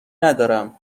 ندارم